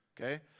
Okay